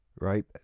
Right